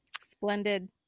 Splendid